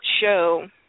show